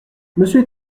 monsieur